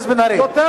גיניתי אתכם.